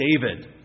David